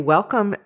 Welcome